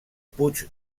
puig